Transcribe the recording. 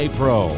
pro